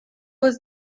was